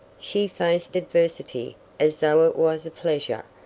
she faced adversity as though it was a pleasure,